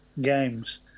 games